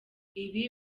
ibi